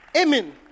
Amen